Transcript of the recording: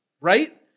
Right